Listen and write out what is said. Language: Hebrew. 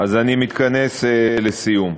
אז אני מתכנס לסיום.